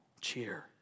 cheer